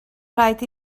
rhaid